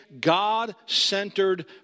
God-centered